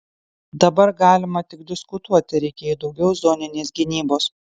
dabar galima tik diskutuoti ar reikėjo daugiau zoninės gynybos